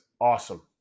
awesome